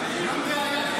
הבאה,